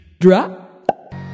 Drop